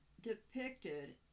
depicted